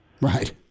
Right